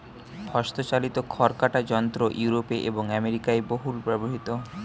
হস্তচালিত খড় কাটা যন্ত্র ইউরোপে এবং আমেরিকায় বহুল ব্যবহৃত